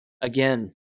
Again